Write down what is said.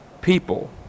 people